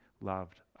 loved